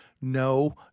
No